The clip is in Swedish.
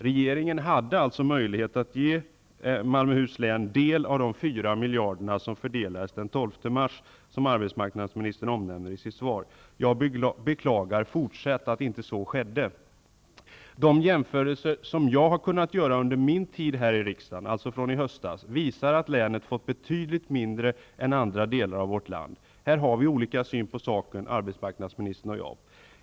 Regeringen hade alltså möjlighet att ge Malmöhus län del av de 4 miljarder som fördelades den 12 mars och som arbetsmarknadsministern nämner i sitt svar. Jag beklagar att inte så skedde. De jämförelser som jag har kunnat göra under min tid här i riksdagen, alltså från i höstas, visar att länet fått betydligt mindre än andra delar av vårt land. I det avseendet har vi olika syn på saken, arbetsmarknadsministern och jag.